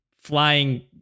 flying